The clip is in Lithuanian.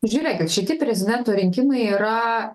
žiūrėkit šitie prezidento rinkimai yra